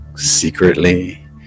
secretly